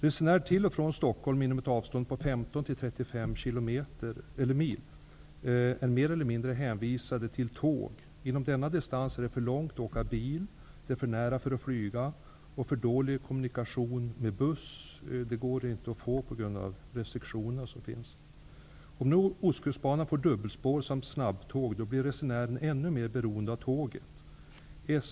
Resenärer till och från Stockholm inom ett avstånd på 15--35 mil är mer eller mindre hänvisade till tåg. Det är för långt att åka bil och för nära att flyga. sådana går inte att ha på grund av de restriktioner som finns. Om nu Ostkustbanan får dubbelspår och snabbtåg, blir resenären ännu mer beroende av tåget.